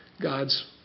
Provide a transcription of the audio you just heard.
God's